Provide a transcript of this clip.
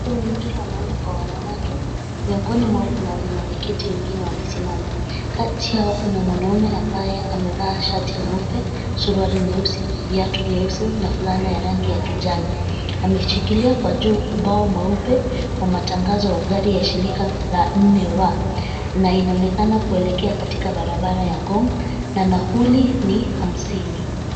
Watu wengi wanaume kwa wanawake, miongoni mwao kuna wenye wameketi wengine wamesimama. Kati yao kuna mwanaume ambaye amevaa shati nyeupe, suruali nyeusi, viatu vyeusi na fulana ya rangi ya kijani. Ameshikilia kwa juu ubao mweupe wa matangazo ya gari ya shirika la 4 W na inaonekana kuelekea katika barabara ya Ngong na nauli ni hamsini.